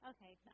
Okay